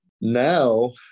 Now